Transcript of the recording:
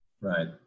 Right